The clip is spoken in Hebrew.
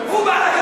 הוא לא השתלט,